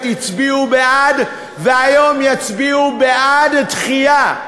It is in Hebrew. הצביעו בעד והיום יצביעו בעד דחייה.